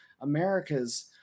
america's